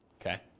Okay